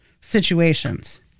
situations